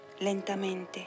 Lentamente